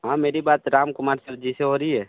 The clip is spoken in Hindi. हाँ मेरी बात रामकुमार सर जी से हो रही है